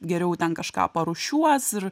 geriau ten kažką parūšiuos ir